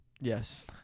Yes